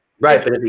Right